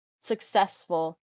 successful